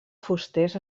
fusters